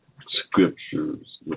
scriptures